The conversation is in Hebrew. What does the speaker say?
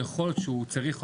יכול להיות שהוא צריך עוד,